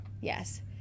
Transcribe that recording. Yes